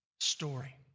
story